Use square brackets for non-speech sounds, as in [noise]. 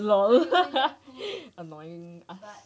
lol [laughs] annoying us